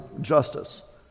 justice